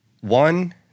One